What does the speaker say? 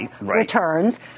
returns